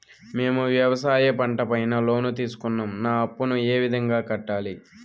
మేము వ్యవసాయ పంట పైన లోను తీసుకున్నాం నా అప్పును ఏ విధంగా కట్టాలి